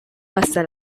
hasta